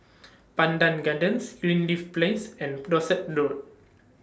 Pandan Gardens Greenleaf Place and Dorset Road